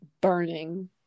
burning